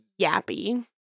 yappy